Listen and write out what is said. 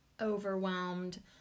overwhelmed